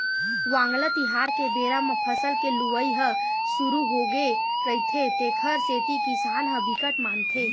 वांगला तिहार के बेरा म फसल के लुवई ह सुरू होगे रहिथे तेखर सेती किसान ह बिकट मानथे